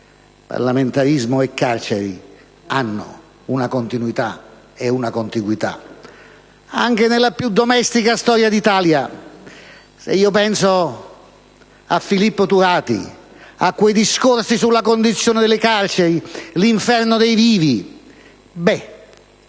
parlamentarismo e carcere hanno una continuità e contiguità anche nella più domestica storia d'Italia. Penso a Filippo Turati, ai suoi discorsi sulla condizione delle carceri definite